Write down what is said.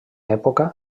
època